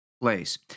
place